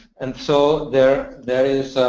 and so there there is